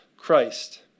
Christ